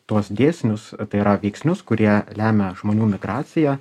tuos dėsnius tai yra veiksnius kurie lemia žmonių migraciją